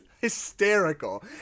hysterical